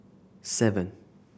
seven